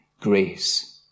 grace